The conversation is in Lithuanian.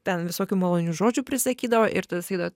ten visokių malonių žodžių prisakydavo ir tada sakydavo